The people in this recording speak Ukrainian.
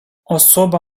особа